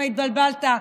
התבלבלת,